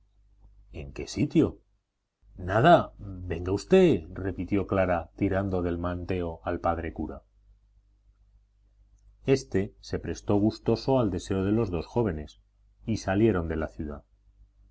en qué sitio nada venga usted repitió clara tirando del manteo al padre cura éste se prestó gustoso al deseo de los dos jóvenes y salieron de la ciudad